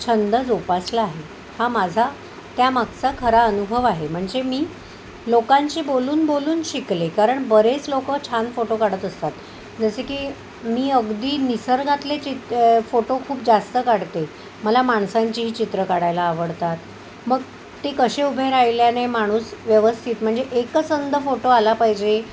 छंद जोपासला आहे हा माझा त्यामागचा खरा अनुभव आहे म्हणजे मी लोकांशी बोलून बोलून शिकले कारण बरेच लोकं छान फोटो काढत असतात जसे की मी अगदी निसर्गातले चित फोटो खूप जास्त काढते मला माणसांचीही चित्र काढायला आवडतात मग ते कशे उभे राहिल्याने माणूस व्यवस्थित म्हणजे एकसंध फोटो आला पाहिजे